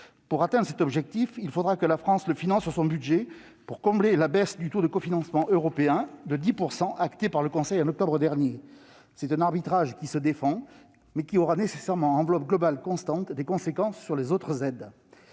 Pour atteindre cet objectif, il faudra que la France le finance sur son budget afin de combler la baisse du taux de cofinancement européen de 10 % actée par le Conseil en octobre dernier. C'est un arbitrage qui se défend mais qui aura nécessairement, à enveloppe globale constante, des conséquences sur les autres aides.